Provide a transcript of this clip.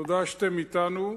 תודה שאתם אתנו.